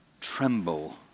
tremble